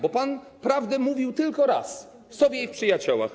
Bo pan prawdę mówił tylko raz, w Sowie i Przyjaciołach.